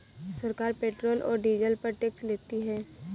सरकार पेट्रोल और डीजल पर टैक्स लेती है